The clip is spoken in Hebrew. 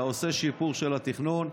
אתה עושה שיפור של התכנון,